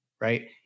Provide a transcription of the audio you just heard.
right